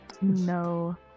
No